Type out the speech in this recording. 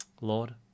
Lord